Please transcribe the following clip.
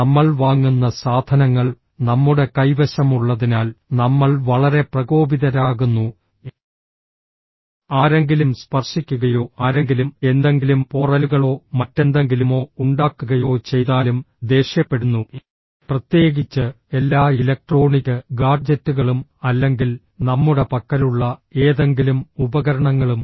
നമ്മൾ വാങ്ങുന്ന സാധനങ്ങൾ നമ്മുടെ കൈവശമുള്ളതിനാൽ നമ്മൾ വളരെ പ്രകോപിതരാകുന്നു ആരെങ്കിലും സ്പർശിക്കുകയോ ആരെങ്കിലും എന്തെങ്കിലും പോറലുകളോ മറ്റെന്തെങ്കിലുമോ ഉണ്ടാക്കുകയോ ചെയ്താലും ദേഷ്യപ്പെടുന്നു പ്രത്യേകിച്ച് എല്ലാ ഇലക്ട്രോണിക് ഗാഡ്ജെറ്റുകളും അല്ലെങ്കിൽ നമ്മുടെ പക്കലുള്ള ഏതെങ്കിലും ഉപകരണങ്ങളും